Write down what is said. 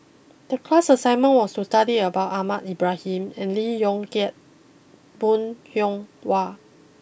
the class assignment was to study about Ahmad Ibrahim and Lee Yong Kiat Bong Hiong Hwa